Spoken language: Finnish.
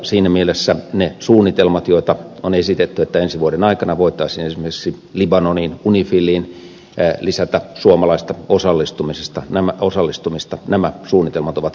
siinä mielessä ne suunnitelmat joita on esitetty että ensi vuoden aikana voitaisiin esimerkiksi libanoniin unifiliin lisätä suomalaista osallistumista ovat tervetulleita